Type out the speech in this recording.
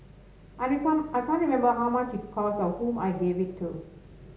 I I can't remember how much it cost or whom I gave it to